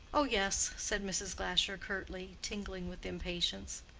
oh, yes, said mrs. glasher, curtly, tingling with impatience.